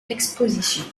expositions